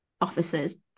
officers